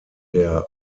der